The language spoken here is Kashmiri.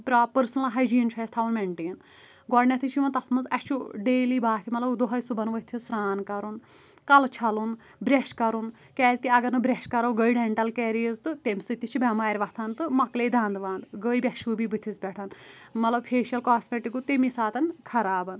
پرٛوپر پرسنَل ہایجیٖن چھُ اسہِ تھاوُن مینٹین گۄڈنٮ۪تھےٕ چھُ یِوان تَتھ منٛز اسہِ چھُ ڈیلی باتھ مطلب دوہوے صبحن وٕتِھتھ سرٛان کَرُن کَلہٕ چھلُن برٛش کَرُن کیازکہِ اگرنہٕ برٛش کَرو گٔے دٮ۪نٹَل کیریٖز تہٕ تمہِ سۭتۍ تہِ چھِ بٮ۪مارِ وَتَھان تہٕ مَکلے دَنٛد وَنٛد گٔے بے شوٗبی بٕتِھس پٮ۪ٹھ مطلب فیشل کاسمیٹِک گو تمی ساتہٕ خَراب